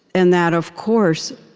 and that, of course,